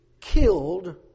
killed